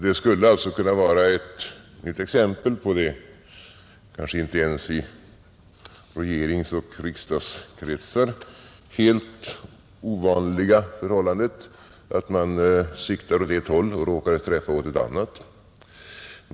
Det skulle alltså kunna vara ett exempel på det kanske inte ens i regeringsoch riksdagskretsar helt ovanliga förhållandet att man siktar åt ett håll och råkar träffa åt ett annat.